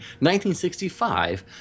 1965